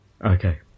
Okay